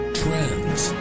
trends